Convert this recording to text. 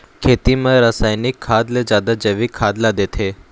खेती म रसायनिक खाद ले जादा जैविक खाद ला देथे